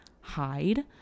hide